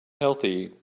healthy